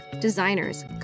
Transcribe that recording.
designers